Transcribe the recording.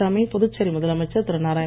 பழனிச்சாமி புதுச்சேரி முதலமைச்சர் திரு